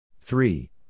Three